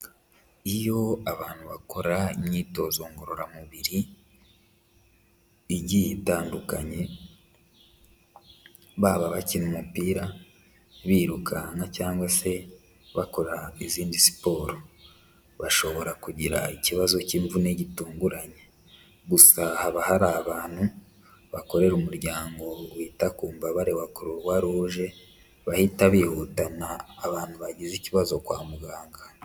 Iyo abantu bakora imyitozo ngororamubiri igiye itandukanye, baba bakina umupira, birukanka se cyangwa se bakora izindi siporo. Bashobora kugira ikibazo cy'imvune gitunguranye. Gusa haba hari abantu bakorera umuryango wita ku mbabare wa kuruwa ruje, bahita bihutana abantu bagize ikibazo kwa muganga.